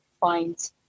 find